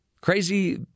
Crazy